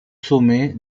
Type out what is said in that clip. sommet